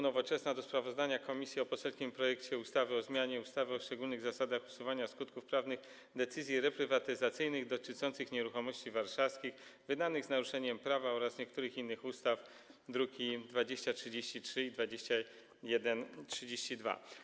Nowoczesna wobec sprawozdania komisji o poselskim projekcie ustawy o zmianie ustawy o szczególnych zasadach usuwania skutków prawnych decyzji reprywatyzacyjnych dotyczących nieruchomości warszawskich, wydanych z naruszeniem prawa oraz niektórych innych ustaw, druki nr 2033 i 2132.